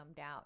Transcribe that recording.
out